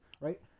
right